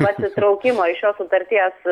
pasitraukimo į šios sutarties